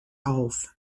auf